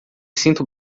sinto